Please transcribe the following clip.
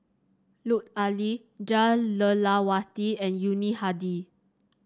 Lut Ali Jah Lelawati and Yuni Hadi